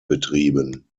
betrieben